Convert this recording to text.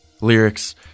Lyric's